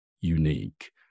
unique